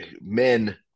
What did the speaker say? men